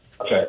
Okay